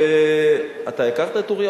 אתה הכרת את אוריה?